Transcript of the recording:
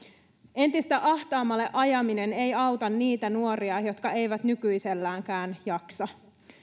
entistä ahtaammalle ajaminen ei auta niitä nuoria jotka eivät nykyiselläänkään jaksa